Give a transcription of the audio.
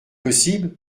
possible